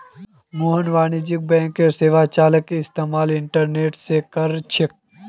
मोहन वाणिज्यिक बैंकिंग सेवालाक इस्तेमाल इंटरनेट से करछे